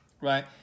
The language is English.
right